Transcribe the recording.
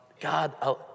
God